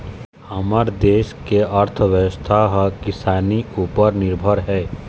हमर देस के अर्थबेवस्था ह किसानी उपर निरभर हे